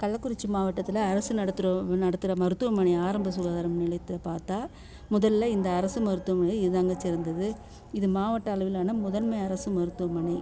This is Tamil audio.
கள்ளக்குறிச்சி மாவட்டத்தில் அரசு நடத்துகிற ஒ நடத்துகிற மருத்துவமனை ஆரம்ப சுகாதார நிலையத்தில் பார்த்தா முதலில் இந்த அரசு மருத்துவமனை இதாங்க சிறந்தது இது மாவட்ட அளவிலான முதன்மை அரசு மருத்துவமனை